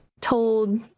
told